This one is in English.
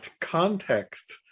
context